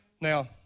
Now